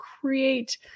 create